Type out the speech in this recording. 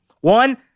one